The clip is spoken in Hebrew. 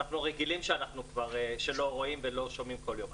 אנחנו רגילים שלא רואים ולא שומעים כל יום,